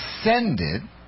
ascended